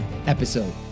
episode